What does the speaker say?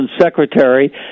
secretary